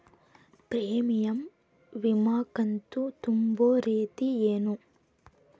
Premium ವಿಮಾ ಕಂತು ತುಂಬೋ ರೇತಿ ಏನು?